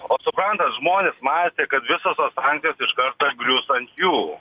o suprantat žmonės mąstė kad visos tos sankcijos iš karto grius ant jų